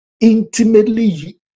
intimately